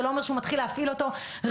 לא אומר שהוא מתחיל להפעיל אותו מחר